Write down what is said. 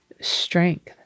strength